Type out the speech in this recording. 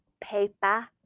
paper